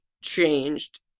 changed